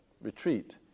retreat